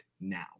now